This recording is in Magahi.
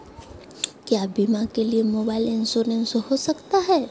क्या बीमा के लिए मोबाइल इंश्योरेंस हो सकता है?